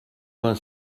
vingt